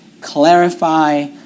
clarify